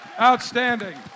Outstanding